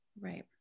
Right